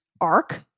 arc